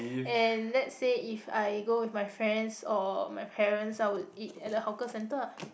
and let's say if I go with my friends or my parents I will eat at the hawker centre lah